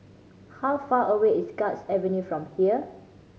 how far away is Guards Avenue from here